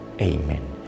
Amen